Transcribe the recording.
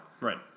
Right